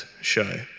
show